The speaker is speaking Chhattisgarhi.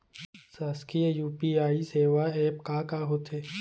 शासकीय यू.पी.आई सेवा एप का का होथे?